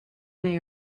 they